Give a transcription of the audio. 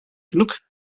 genug